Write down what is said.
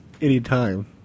anytime